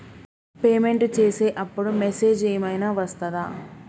Payment చేసే అప్పుడు message ఏం ఐనా వస్తదా?